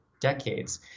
decades